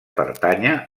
pertànyer